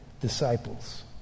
disciples